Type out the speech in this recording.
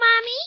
Mommy